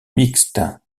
mixte